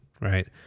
right